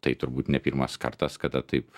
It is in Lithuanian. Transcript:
tai turbūt ne pirmas kartas kada taip